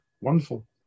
wonderful